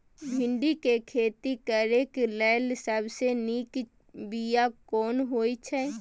भिंडी के खेती करेक लैल सबसे नीक बिया केना होय छै?